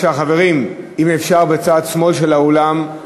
חברים, אם אפשר, בצד שמאל של האולם,